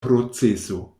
proceso